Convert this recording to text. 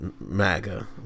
MAGA